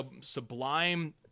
sublime